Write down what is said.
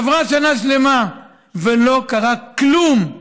עברה שנה שלמה ולא קרה כלום.